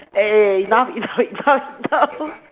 eh enough enough enough enough